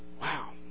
Wow